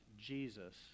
Jesus